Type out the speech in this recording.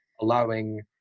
allowing